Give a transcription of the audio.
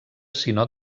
sinó